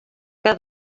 que